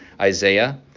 Isaiah